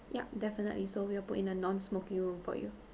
yup definitely so we'll put in a non smoking room for you